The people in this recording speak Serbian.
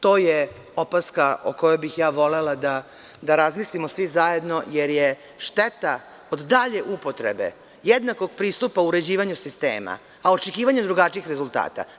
To je opaska o kojoj bih ja volela da razmislimo svi zajedno, jer je šteta od dalje upotrebe jednako pristupu uređivanja sistema, a očekivanje drugačijih rezultata.